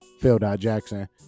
Phil.Jackson